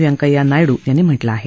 व्यंकैय्या नायडू यांनी म्हटलं आहे